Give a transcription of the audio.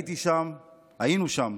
היינו שם